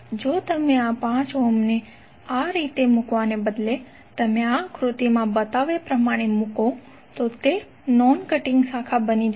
જો તમે 5 ઓહ્મ ને આ રીતે મૂકવાને બદલે તમે આ આકૃતિમાં બતાવ્યા પ્રમાણે મુકો તો તે નોન કટીંગ શાખા બની જશે